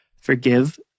forgive